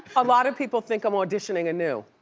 a lotta people think i'm auditioning a new.